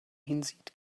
hinsieht